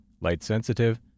light-sensitive